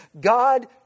God